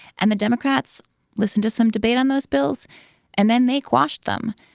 and the democrats listened to some debate on those bills and then they quashed them.